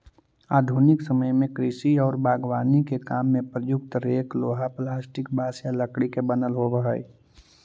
आधुनिक समय में कृषि औउर बागवानी के काम में प्रयुक्त रेक लोहा, प्लास्टिक, बाँस या लकड़ी के बनल होबऽ हई